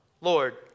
Lord